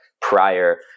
prior